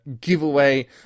giveaway